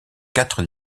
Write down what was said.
quatre